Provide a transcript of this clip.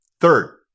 Third